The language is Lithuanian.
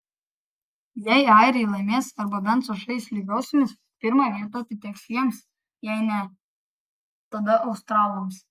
jei airiai laimės arba bent sužais lygiosiomis pirma vieta atiteks jiems jei ne tada australams